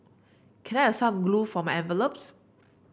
can I have some glue for my envelopes